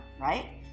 right